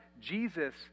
Jesus